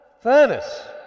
furnace